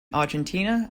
argentina